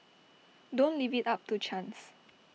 don't leave IT up to chance